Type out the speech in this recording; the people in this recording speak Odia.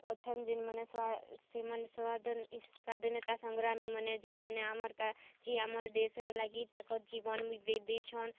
ଅଛନ୍ ଯେନ୍ ମାନେ ସେମାନେ ସହାୟତା ସ୍ୱାଧୀନତା ସଂଗ୍ରାମୀ ମାନେ ଯେନ୍ ମାନେ ଆମର୍ କା ଯିଏ ଆମର୍ ଦେଶ୍ର ଲାଗି ତାକର୍ ଜୀବନ ବି ଦେଇ ଦେଇଛନ୍